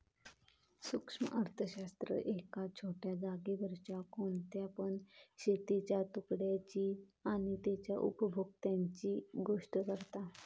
सूक्ष्म अर्थशास्त्र एका छोट्या जागेवरच्या कोणत्या पण शेतीच्या तुकड्याची आणि तेच्या उपभोक्त्यांची गोष्ट करता